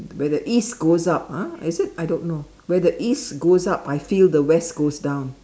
where the east goes up ah is it I don't know where the east goes up I feel the west goes down